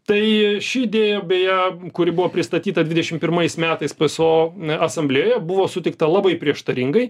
tai ši idėja beje kuri buvo pristatyta dvidešimt pirmais metais pso asamblėjoje buvo sutikta labai prieštaringai